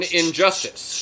injustice